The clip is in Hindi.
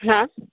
हाँ